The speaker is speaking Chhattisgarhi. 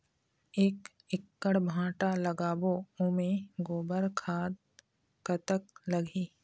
एक एकड़ भांटा लगाबो ओमे गोबर खाद कतक लगही?